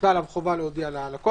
הוטלה עליו חובה להודיע ללקוח,